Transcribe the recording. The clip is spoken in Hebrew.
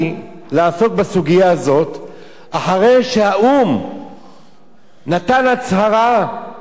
אחרי שהאו"ם נתן הצהרה מה הזכויות של הילידים בארץ-ישראל,